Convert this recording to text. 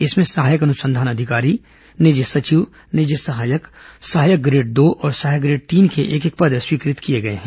इसमें सहायक अनुसंधान अधिकारी निज सचिव निज सहायक सहायक ग्रेड दो और सहायक ग्रेड तीन के एक एक पद स्वीकृत किए गए है